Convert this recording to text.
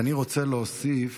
אני רוצה להוסיף